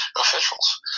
officials